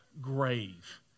grave